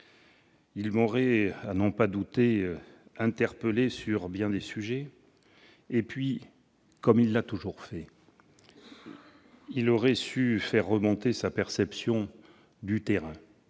Il m'aurait interpellé sur bien des sujets, et, comme il l'a toujours fait, il aurait su faire remonter sa perception du terrain,